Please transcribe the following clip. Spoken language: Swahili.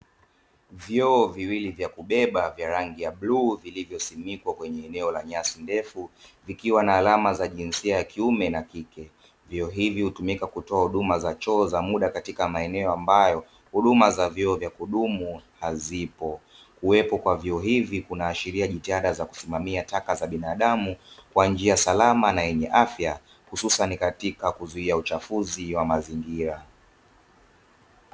Vyoo viwili vya kubeba vya rangi ya bluu vilivyosimikwa kwenye eneo la nyasi ndefu vikiwa na alama za njinsia ya kiume na kike. Vyoo hivi hutumika kutoa huduma za choo za muda katika maeneo ambayo huduma za vyoo vya kudumu hazipo. Uwepo kwa vyoo hivi kunaashiria jitihada za kusimamia taka za binadamu kwa njia salama na yenye afya hususan katika kuzuia uchafuzi wa mazingira.